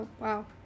wow